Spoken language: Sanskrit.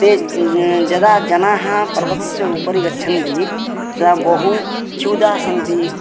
ते यदा जनाः पर्वतस्य उपरि गच्छन्ति तदा बहु छुदाः सन्ति